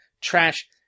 trash